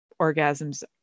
orgasms